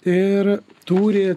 ir turi